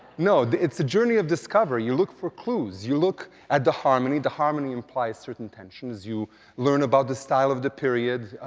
no, it's a journey of discovery you look for clues. you look at the harmony the harmony implies certain tensions. you learn about the style of the period,